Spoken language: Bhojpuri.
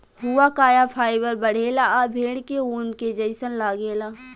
हुआकाया फाइबर बढ़ेला आ भेड़ के ऊन के जइसन लागेला